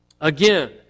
again